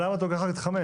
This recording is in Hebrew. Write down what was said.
למה אתה לוקח את 5?